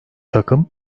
takım